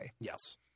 Yes